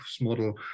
model